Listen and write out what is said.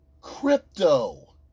Crypto